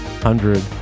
hundred